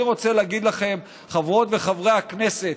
אני רוצה להגיד לכם, חברות וחברי הכנסת: